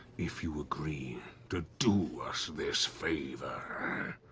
if you agree to do us this favor.